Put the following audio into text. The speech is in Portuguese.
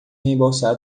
reembolsar